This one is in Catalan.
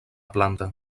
planta